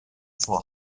vor